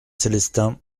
célestins